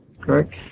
correct